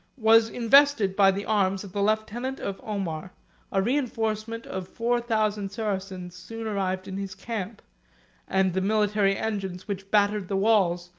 was invested by the arms of the lieutenant of omar a reenforcement of four thousand saracens soon arrived in his camp and the military engines, which battered the walls,